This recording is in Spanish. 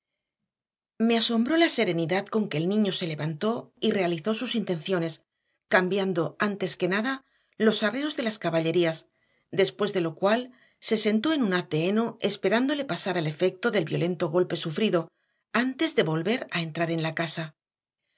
me asombró la serenidad con que el niño se levantó y realizó sus intenciones cambiando antes que nada los arreos de las caballerías después de lo cual se sentó en un haz de heno esperando le pasara el efecto del violento golpe sufrido antes de volver a entrar en la casa